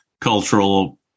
cultural